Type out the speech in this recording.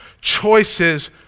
Choices